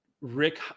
Rick